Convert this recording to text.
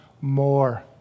more